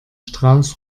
strauß